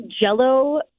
jello